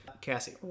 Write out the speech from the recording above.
Cassie